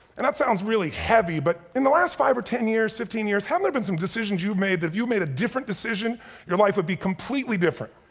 and that sounds really heavy but in the last five or ten years, fifteen years, haven't there been some decisions you've made that if you made a different decision your life would be completely different?